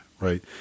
Right